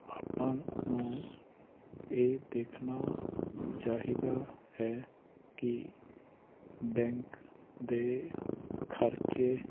ਆਪਾਂ ਨੂੰ ਇਹ ਦੇਖਣਾ ਚਾਹੀਦਾ ਹੈ ਕਿ ਬੈਂਕ ਦੇ ਖਰਚੇ